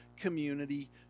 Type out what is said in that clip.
Community